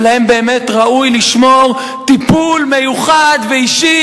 שלהם באמת ראוי לשמור טיפול מיוחד ואישי,